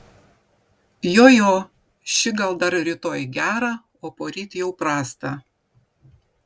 jo jo ši gal dar rytoj gerą o poryt jau prastą